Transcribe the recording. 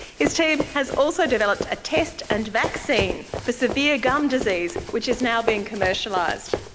his team has also developed a test and vaccine for severe gum disease which is now being commercialised.